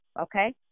okay